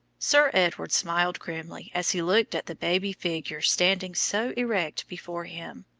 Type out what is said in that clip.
sir edward smiled grimly as he looked at the baby figure standing so erect before him.